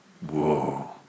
Whoa